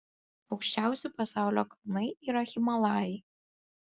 aukščiausi pasaulio kalnai yra himalajai